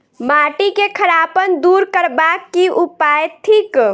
माटि केँ खड़ापन दूर करबाक की उपाय थिक?